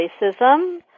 racism